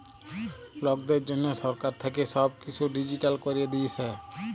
লকদের জনহ সরকার থাক্যে সব কিসু ডিজিটাল ক্যরে দিয়েসে